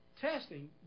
testing